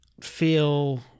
feel